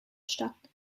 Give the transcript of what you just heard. statt